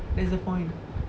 that's the point